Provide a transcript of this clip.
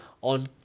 On